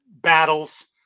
battles –